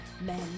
men